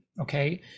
okay